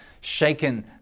shaken